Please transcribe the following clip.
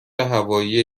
هوایی